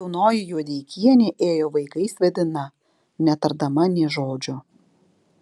jaunoji juodeikienė ėjo vaikais vedina netardama nė žodžio